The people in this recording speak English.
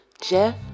Jeff